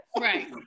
Right